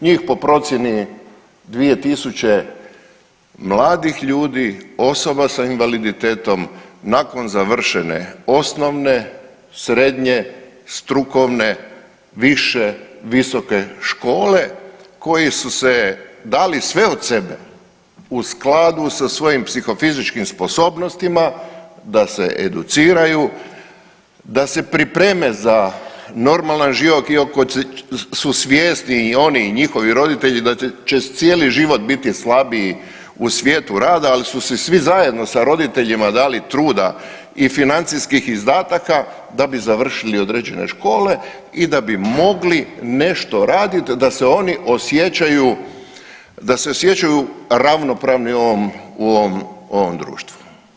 Njih po procjeni 2000 mladih ljudi, osoba sa invaliditetom nakon završene osnovne, srednje strukovne, više, visoke škole koji su se dali sve od sebe u skladu sa svojim psihofizičkim sposobnostima da se educiraju, da se pripreme za normalan život iako su svjesni i oni i njihovi roditelji da će cijeli život biti slabiji u svijetu rada ali su si svi zajedno sa roditeljima dali truda i financijskih izdataka da bi završili određene škole i da bi mogli nešto raditi, da se oni osjećaju ravnopravni u ovom društvu.